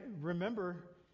remember